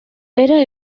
era